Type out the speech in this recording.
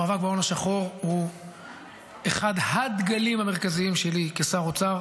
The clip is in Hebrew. המאבק בהון השחור הוא אחד ה-דגלים המרכזיים שלי כשר האוצר.